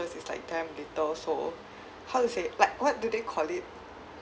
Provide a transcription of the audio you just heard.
interest is like damn little so how to say like what do they call it